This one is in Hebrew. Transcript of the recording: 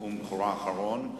נאום בכורה אחרון.